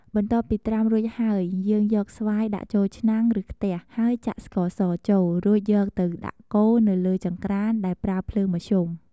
បន្ទាប់ពីត្រាំរួចហើយ យើងយកស្វាយដាក់ចូលឆ្នាំង ឬខ្ទះ ហើយចាក់ស្ករសចូល រួចយកទៅដាក់កូរនៅលើចង្ក្រាន្តដែលប្រើភ្លើងមធ្យម។